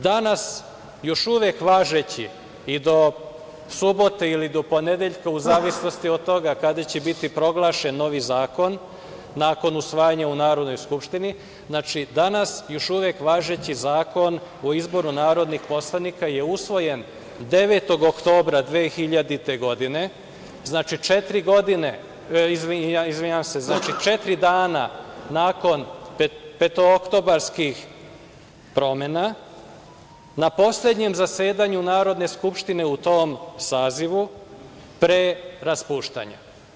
Danas još uvek važeći i do subote ili do ponedeljka, u zavisnosti od toga kada će biti proglašen novi zakon nakon usvajanja u Narodnoj skupštini, znači, danas još uvek važeći Zakon o izboru narodnih poslanika je usvojen 9. oktobra 2000. godine, četiri dana nakon petooktobarskih promena, na poslednjem zasedanju Narodne skupštine u tom sazivu pre raspuštanja.